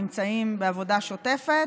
נמצאים בעבודה שוטפת.